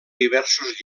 diversos